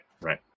right